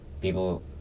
people